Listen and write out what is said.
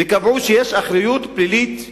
וקבעו שיש אחריות פלילית אישית.